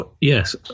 Yes